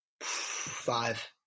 Five